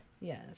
yes